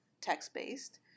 text-based